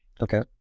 Okay